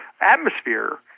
atmosphere